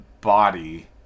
body